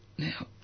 Now